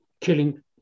killing